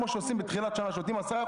כמו שעושים בתחילת שנה שנותנים 10%,